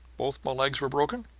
both my legs were broken.